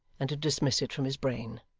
and to dismiss it from his brain.